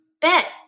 Bet